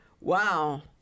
wow